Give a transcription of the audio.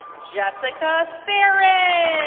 jessica therrien.